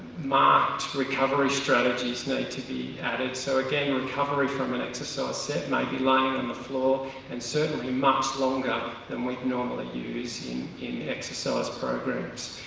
marked recovery strategies need to be added. so again recovery from an exercise set may be lying on the floor and certainly much longer and we normally use in in exercise programs.